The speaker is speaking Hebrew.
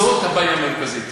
זו הבעיה המרכזית,